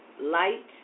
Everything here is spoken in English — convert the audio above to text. light